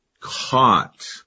caught